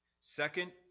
Second